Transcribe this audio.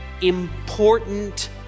important